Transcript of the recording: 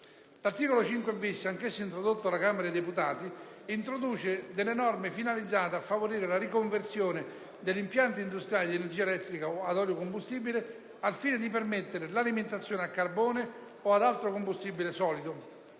L'articolo 5-*bis*, anch'esso introdotto dalla Camera dei deputati, introduce delle norme finalizzate a favorire la riconversione degli impianti industriali di energia elettrica ad olio combustibile, al fine di permettere l'alimentazione a carbone o ad altro combustibile solido.